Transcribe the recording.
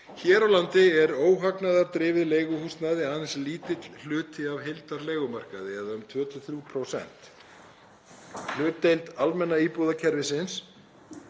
Hér á landi er óhagnaðardrifið leiguhúsnæði aðeins lítill hluti af heildarleigumarkaði, eða um 2–3%. Hlutdeild almenna íbúðakerfisins